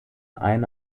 eine